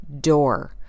door